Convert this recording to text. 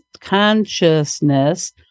consciousness